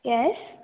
yes